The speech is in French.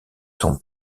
son